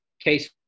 case